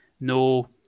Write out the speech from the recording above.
no